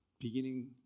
Beginning